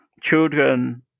children